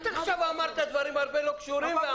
עד עכשיו אמרת הרבה דברים לא קשורים.